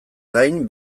gain